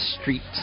Streets